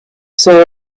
saw